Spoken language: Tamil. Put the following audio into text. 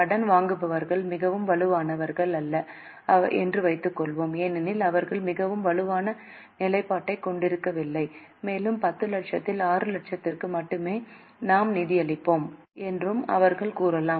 கடன் வாங்குபவர் மிகவும் வலுவானவர் அல்ல என்று வைத்துக்கொள்வோம் ஏனெனில் அவர்கள் மிகவும் வலுவான நிலைப்பாட்டைக் கொண்டிருக்கவில்லை மேலும் 10 லட்சத்தில் 6 லட்சத்திற்கு மட்டுமே நாம் நிதியளிக்கும் என்றும் அவர்கள் கூறலாம்